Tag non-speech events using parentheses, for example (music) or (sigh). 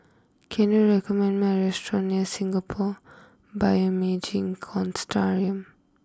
can you recommend me a restaurant near Singapore Bioimaging (unintelligible)